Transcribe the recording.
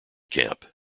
camp